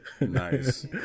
Nice